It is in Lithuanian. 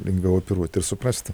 lengviau operuoti ir suprasti